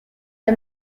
the